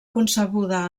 concebuda